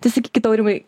tai sakykit aurimai